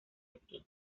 esquí